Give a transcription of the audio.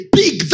big